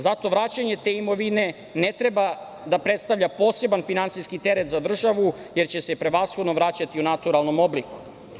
Zato vraćanje te imovine ne treba da predstavlja poseban finansijski teret za državu jer će se prevashodno vraćati u naturalnom obliku.